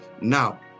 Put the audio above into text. Now